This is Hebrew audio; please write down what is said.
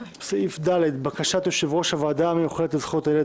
הסעיף הרביעי בקשת יושב-ראש הוועדה המיוחדת לזכויות הילד